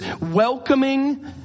welcoming